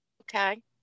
okay